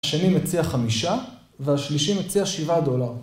השני מציע חמישה והשלישי מציע שבעה דולר